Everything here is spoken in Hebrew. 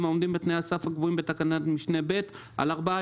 העומדים בתנאי הסף הקבועים בתקנת משנה (ב) על ארבעה,